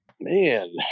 man